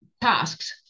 tasks